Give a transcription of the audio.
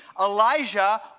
Elijah